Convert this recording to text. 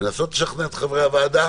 לנסות לשכנע את חברי הוועדה,